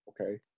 Okay